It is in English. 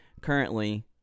Currently